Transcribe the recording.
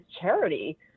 charity